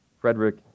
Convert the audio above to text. Frederick